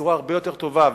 בצורה הרבה יותר טובה.